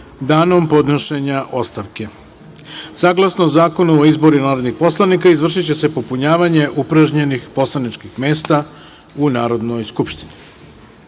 danom podnošenja ostavke. Saglasno Zakonu o izboru narodnih poslanika, izvršiće se popunjavanje upražnjenih poslaničkih mesta u Narodnoj skupštini. Dame